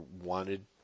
wanted